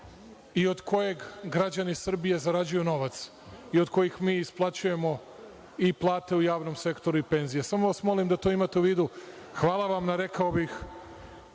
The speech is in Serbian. i od kojeg građani Srbije zarađuju novac i od kojih mi isplaćujemo i plate u javnom sektoru i penzije. Molim vas da to imate u vidu, hvala vam na, rekao bih,